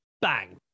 bang